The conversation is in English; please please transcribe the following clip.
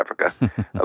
Africa